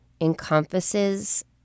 encompasses